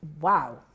wow